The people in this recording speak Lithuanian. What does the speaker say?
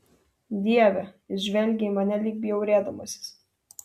dieve jis žvelgė į mane lyg bjaurėdamasis